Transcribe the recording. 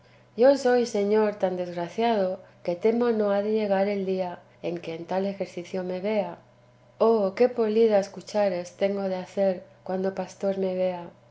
yo soy señor tan desgraciado que temo no ha de llegar el día en que en tal ejercicio me vea oh qué polidas cuchares tengo de hacer cuando pastor me vea